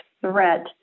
threat